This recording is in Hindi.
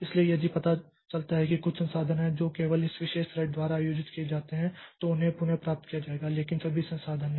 इसलिए यदि पता चलता है कि कुछ संसाधन हैं जो केवल इस विशेष थ्रेड द्वारा आयोजित किए जाते हैं तो उन्हें पुनः प्राप्त किया जाएगा लेकिन सभी संसाधन नहीं